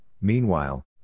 meanwhile